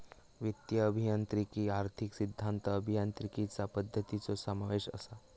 वित्तीय अभियांत्रिकीत आर्थिक सिद्धांत, अभियांत्रिकीचा पद्धतींचो समावेश असा